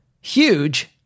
Huge